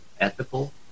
ethical